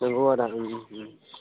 नंगौ आदा